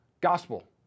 Gospel